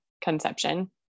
conception